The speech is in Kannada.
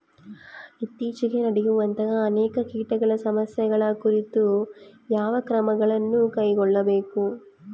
ಇತ್ತೇಚಿಗೆ ನಡೆಯುವಂತಹ ಅನೇಕ ಕೇಟಗಳ ಸಮಸ್ಯೆಗಳ ಕುರಿತು ಯಾವ ಕ್ರಮಗಳನ್ನು ಕೈಗೊಳ್ಳಬೇಕು?